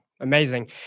amazing